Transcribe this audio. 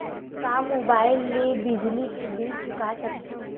का मुबाइल ले बिजली के बिल चुका सकथव?